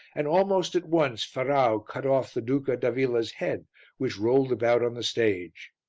and almost at once ferrau cut off the duca d'avilla's head which rolled about on the stage.